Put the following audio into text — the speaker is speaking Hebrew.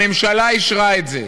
הממשלה אישרה את זה.